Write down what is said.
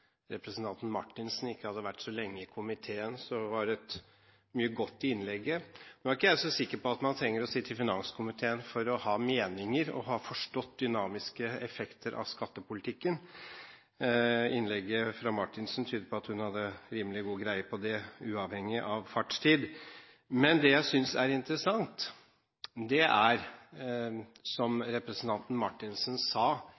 representanten Marthinsen ikke hadde vært så lenge i komiteen, var det mye godt i innlegget hennes. Nå er ikke jeg så sikker på at man trenger å sitte i finanskomiteen for ha meninger om eller for å ha forstått dynamiske effekter av skattepolitikken – innlegget fra representanten Marthinsen tyder på at hun har rimelig greie på det, uavhengig av fartstid. Men det jeg synes er interessant, er, som representanten Marthinsen sa